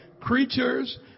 creatures